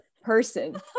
person